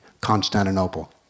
Constantinople